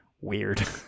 weird